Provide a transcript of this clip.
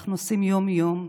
אנחנו עושים יום-יום,